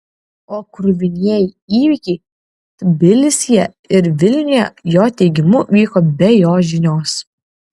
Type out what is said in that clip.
o kruvinieji įvykiai tbilisyje ir vilniuje jo teigimu vyko be jo žinios